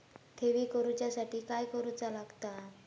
ठेवी करूच्या साठी काय करूचा लागता?